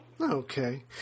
Okay